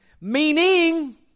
Meaning